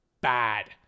Bad